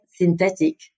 synthetic